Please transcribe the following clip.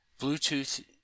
Bluetooth